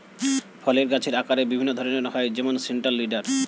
ফলের গাছের আকারের বিভিন্ন ধরন হয় যেমন সেন্ট্রাল লিডার